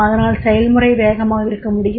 அதனால் செயல்முறை வேகமாக இருக்க முடியும்